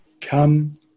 Come